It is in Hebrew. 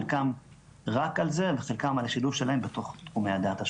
חלקן רק על זה וחלקן בשילוב שלהן בתוך תחומי הדעת השונים.